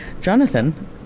jonathan